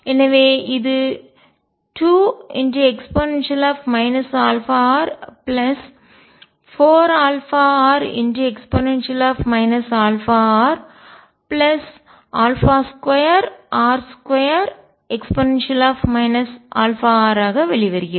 எனவே இது 2e αr4αre αr2r2e αr ஆக வெளிவருகிறது